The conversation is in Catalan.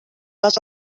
les